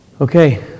Okay